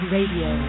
Radio